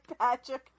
Patrick